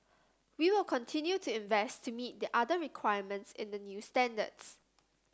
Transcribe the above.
we will continue to invest to meet the other requirements in the new standards